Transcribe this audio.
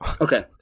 okay